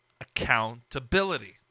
accountability